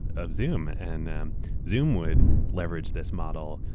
of zoom. and um zoom would leverage this model,